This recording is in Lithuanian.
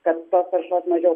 kad tos taršos mažiau